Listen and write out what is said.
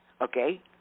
okay